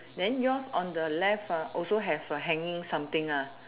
then yours on the left ah also have a hanging something ah